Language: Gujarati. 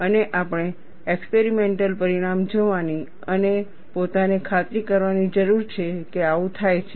અને આપણે એક્સપેરિમેન્ટલ પરિણામ જોવાની અને પોતાને ખાતરી કરવાની જરૂર છે કે આવું થાય છે